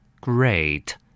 Great